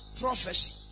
prophecy